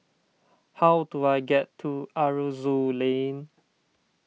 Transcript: how do I get to Aroozoo Lane